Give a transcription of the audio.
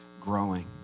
growing